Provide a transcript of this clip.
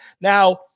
Now